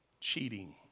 cheating